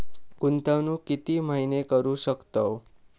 गुंतवणूक किती महिने करू शकतव?